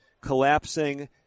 collapsing